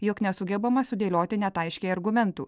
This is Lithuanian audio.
jog nesugebama sudėlioti net aiškiai argumentų